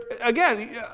Again